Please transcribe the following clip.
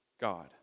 God